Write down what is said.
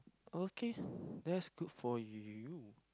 okay that's good for you